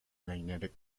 magnetic